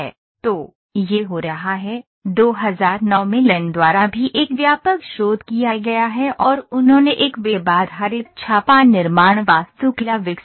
तो यह हो रहा है 2009 में लैन द्वारा भी एक व्यापक शोध किया गया है और उन्होंने एक वेब आधारित छापा निर्माण वास्तुकला विकसित की है